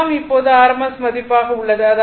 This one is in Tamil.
எல்லாம் இப்போது rms மதிப்பாக உள்ளது